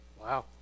wow